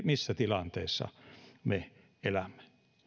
missä tilanteessa me elämme